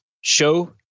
show